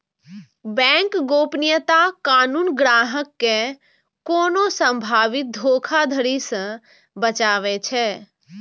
bank गोपनीयता कानून ग्राहक कें कोनो संभावित धोखाधड़ी सं बचाबै छै